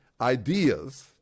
ideas